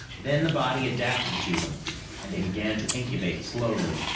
then the body adapted to them and they began to incubate slowly,